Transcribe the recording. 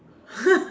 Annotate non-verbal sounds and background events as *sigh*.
*laughs*